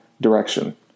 direction